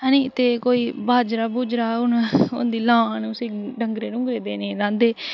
ते ऐ नी कोई बाजरा बूजरा हून होंदी लाह्न ओह् डंगरें डुंगरें गी देने गी लांदे